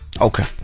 Okay